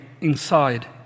inside